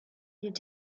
hielt